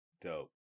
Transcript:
Dope